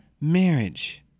marriage